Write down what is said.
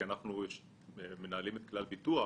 אנחנו מנהלים את כלל ביטוח,